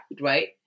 right